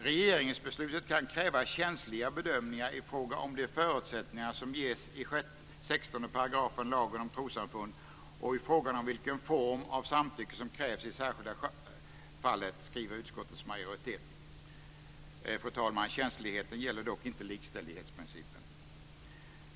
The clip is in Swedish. Regeringsbeslutet kan kräva känsliga bedömningar i fråga om de förutsättningar som ges i 16 § lagen om trossamfund och i frågan om vilken form av samtycke som krävs i det särskilda fallet, skriver utskottets majoritet. Fru talman! Känsligheten gäller dock inte likställighetsprincipen.